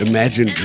Imagine